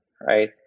right